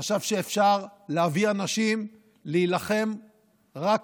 שחשב שאפשר להביא אנשים להילחם רק